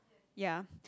ya